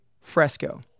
Fresco